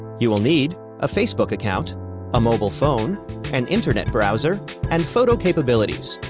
you will need ah facebook account ah mobile phone and internet browser and photo capabilities.